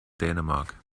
dänemark